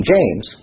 James